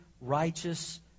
righteous